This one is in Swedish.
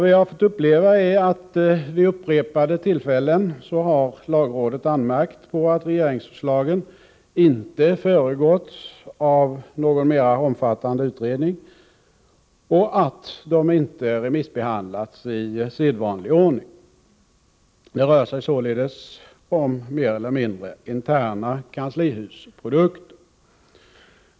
Vi har fått uppleva att lagrådet vid upprepade tillfällen har anmärkt på att regeringsförslagen inte föregåtts av någon mera omfattande utredning och att de inte remissbehandlats i sedvanlig ordning. Det rör sig således om mer eller mindre interna kanslihusprodukter.